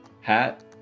hat